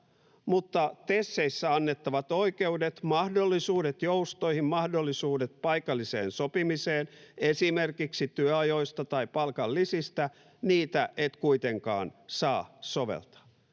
mutta TESeissä annettavia oikeuksia, mahdollisuuksia joustoihin, mahdollisuuksia paikalliseen sopimiseen esimerkiksi työajoista tai palkanlisistä et kuitenkaan saa soveltaa?